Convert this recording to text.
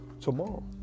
tomorrow